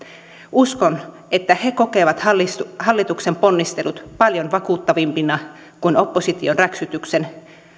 uskon että he kokevat hallituksen hallituksen ponnistelut paljon vakuuttavampina kuin opposition räksytyksen